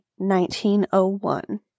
1901